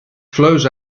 flows